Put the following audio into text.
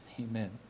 Amen